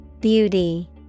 Beauty